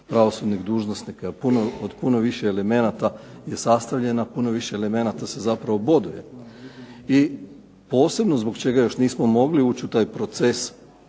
pravosudnih dužnosnika. Od puno više elemenata je sastavljena, puno više elemenata se zapravo boduje. I posebno zbog čega još nismo mogli ući u taj proces